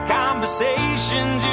conversations